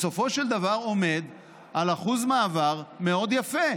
בסופו של דבר זה עומד על אחוז מעבר מאוד יפה.